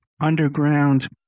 underground